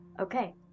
Okay